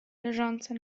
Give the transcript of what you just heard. leżące